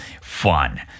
fun